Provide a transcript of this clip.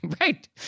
Right